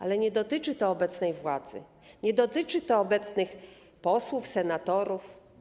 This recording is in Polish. Ale nie dotyczy to obecnej władzy, nie dotyczy to obecnych posłów, senatorów.